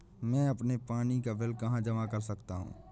मैं अपने पानी का बिल कहाँ जमा कर सकता हूँ?